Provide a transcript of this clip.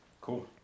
Cool